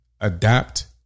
adapt